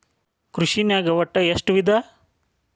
ಕೃಷಿನಾಗ್ ಒಟ್ಟ ಎಷ್ಟ ವಿಧ?